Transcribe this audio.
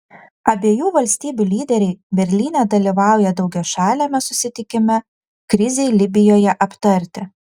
abiejų valstybių lyderiai berlyne dalyvauja daugiašaliame susitikime krizei libijoje aptarti